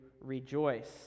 rejoice